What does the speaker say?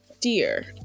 dear